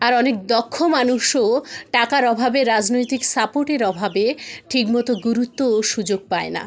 আর অনেক দক্ষ মানুষও টাকার অভাবে রাজনৈতিক সাপোর্টের অভাবে ঠিকমতো গুরুত্ব ও সুযোগ পায় না